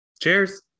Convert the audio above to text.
Cheers